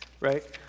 right